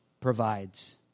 provides